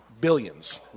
Billions